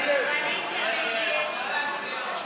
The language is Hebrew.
ההסתייגות לחלופין (ב) של קבוצת סיעת מרצ